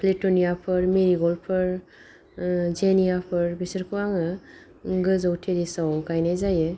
प्लेट'नियाफोर मेरिग'लदफोर जेनियाफोर बिसोरखौ आङो गोजौ टेरिसाव गायनाय जायो